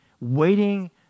waiting